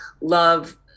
love